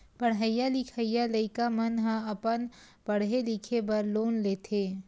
पड़हइया लिखइया लइका मन ह अपन पड़हे लिखे बर लोन लेथे